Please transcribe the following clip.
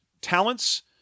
talents